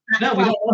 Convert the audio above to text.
No